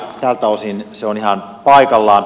tältä osin se on ihan paikallaan